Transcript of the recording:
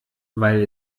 weil